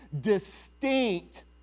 distinct